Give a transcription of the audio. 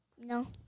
No